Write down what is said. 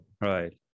Right